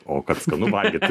o kad skanu valgyt